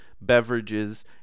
beverages